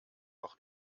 auch